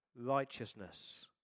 righteousness